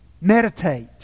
meditate